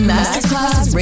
Masterclass